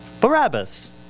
Barabbas